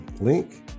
link